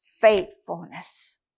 faithfulness